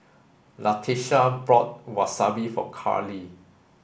Latisha bought Wasabi for Karli